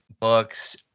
books